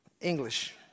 English